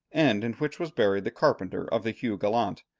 and in which was buried the carpenter of the hugh gallant.